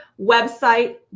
website